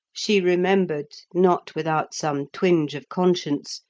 she remembered, not without some twinge of conscience,